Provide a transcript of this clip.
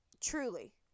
Truly